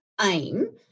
aim